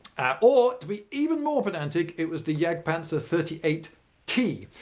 or to be even more pedantic, it was the jagdpanzer thirty eight t.